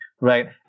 right